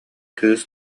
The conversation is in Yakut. кыыс